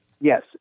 Yes